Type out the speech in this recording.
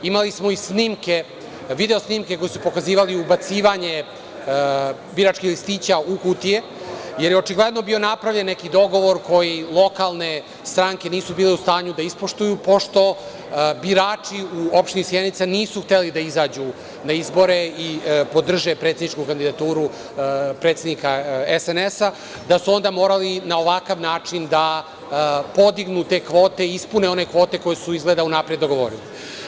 Imali smo i video snimke koji su pokazivali ubacivanje biračkih listića u kutije, jer očigledno je bio napravljen neki dogovor koji lokalne stranke nisu bile u stanju da ispoštuju, pošto birači u opštini Sjenica nisu hteli da izađu na izbore i podrže predsedničku kandidaturu predsednika SNS, da su onda morali i na ovakav način da podignu te kvote i ispune one kvote koje su izgleda unapred dogovorili.